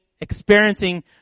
experiencing